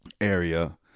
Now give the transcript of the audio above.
area